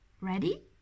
Ready